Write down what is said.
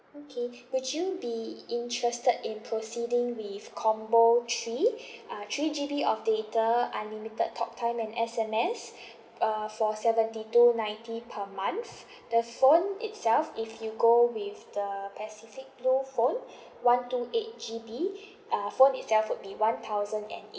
okay would you be interested in proceeding with combo three uh three G_B of data unlimited talk time and S_M_S uh for seventy two ninety per month the phone itself if you go with the pacific blue phone one two eight G_B uh phone itself would be one thousand and